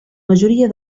majoria